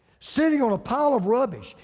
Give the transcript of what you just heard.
sitting on a pile of rubbish.